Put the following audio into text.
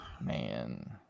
Man